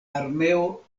armeo